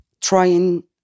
trying